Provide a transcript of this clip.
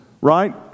right